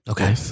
Okay